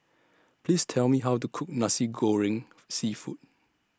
Please Tell Me How to Cook Nasi Goreng Seafood